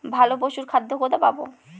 ভালো পশুর খাদ্য কোথায় পাবো?